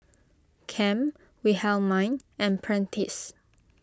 Cam Wilhelmine and Prentiss